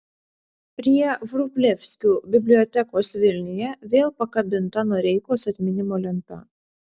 prie vrublevskių bibliotekos vilniuje vėl pakabinta noreikos atminimo lenta